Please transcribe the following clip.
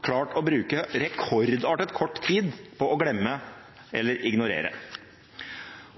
å bruke rekordartet kort tid på å glemme eller ignorere.